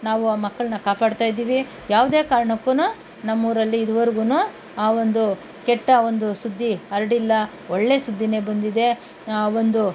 ನಾವು ಆ ಮಕ್ಕಳನ್ನ ಕಾಪಾಡ್ತಾಯಿದ್ದೀವಿ ಯಾವುದೇ ಕಾರಣಕ್ಕೂ ನಮ್ಮೂರಲ್ಲಿ ಇದುವರೆಗೂ ಆ ಒಂದು ಕೆಟ್ಟ ಒಂದು ಸುದ್ದಿ ಹರಡಿಲ್ಲ ಒಳ್ಳೆ ಸುದ್ದಿಯೇ ಬಂದಿದೆ ಒಂದು